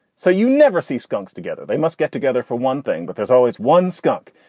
so you never see skunk's together. they must get together for one thing, but there's always one skunk.